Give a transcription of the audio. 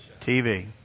TV